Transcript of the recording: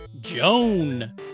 Joan